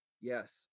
yes